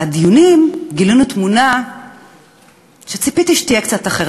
מהדיונים גילינו תמונה שציפיתי שתהיה קצת אחרת,